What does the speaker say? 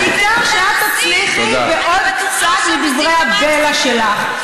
העיקר שאת תצליחי בעוד כותרת מדברי הבלע שלך.